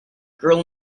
girl